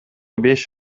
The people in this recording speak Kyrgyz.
беш